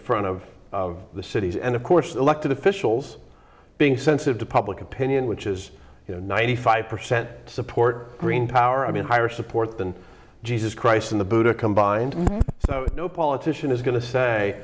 front of the cities and of course the elected officials being sensitive to public opinion which is you know ninety five percent support green power i mean higher support than jesus christ and the buddha combined so no politician is going to say